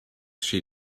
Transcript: she